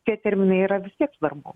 tie terminai yra vis tiek svarbu